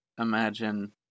imagine